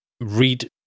read